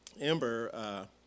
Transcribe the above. ember